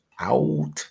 out